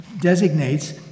designates